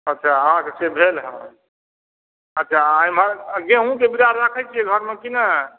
अच्छा अहाँके से भेल हइ अच्छा एमहर गेहूँके बीया राखै छियै घरमे की नहि